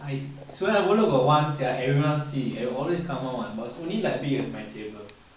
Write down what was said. sungei buloh got one sia everyone see it will always come out [one] but it's only like big as my table